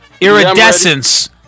Iridescence